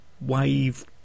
wave